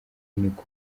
niko